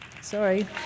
Sorry